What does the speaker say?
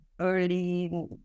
early